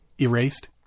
erased